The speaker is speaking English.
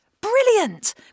Brilliant